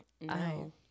No